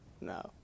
No